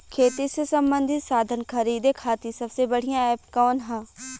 खेती से सबंधित साधन खरीदे खाती सबसे बढ़ियां एप कवन ह?